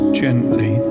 gently